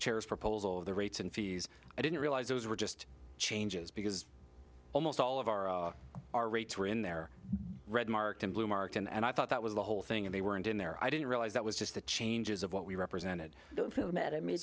chairs proposal of the rates and fees i didn't realize those were just changes because almost all of our rates were in their red marked in blue marks and i thought that was the whole thing and they weren't in there i didn't realize that was just the changes of what we represented mad at me